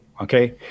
Okay